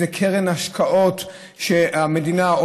איזה קרן השקעות של המדינה,